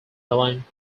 helene